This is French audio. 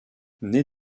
née